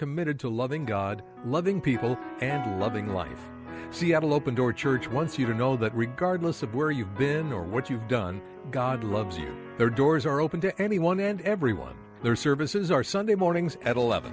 committed to loving god loving people and loving life seattle open door church once you know that regardless of where you've been or what you've done god loves their doors are open to anyone and everyone their services are sunday mornings at eleven